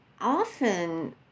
often